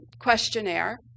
questionnaire